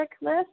list